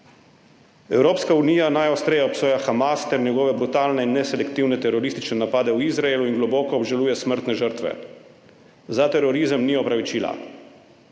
»Evropska unija najostreje obsoja Hamas ter njegove brutalne in neselektivne teroristične napade v Izraelu in globoko obžaluje smrtne žrtve. Za terorizem ni opravičila.